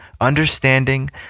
understanding